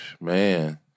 man